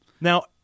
Now